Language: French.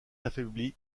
affaibli